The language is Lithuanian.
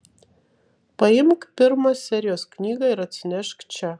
paimk pirmą serijos knygą ir atsinešk čia